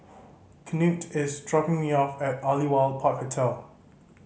Knute is dropping me off at Aliwal Park Hotel